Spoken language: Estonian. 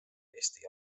eesti